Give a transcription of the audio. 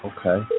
Okay